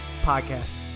podcast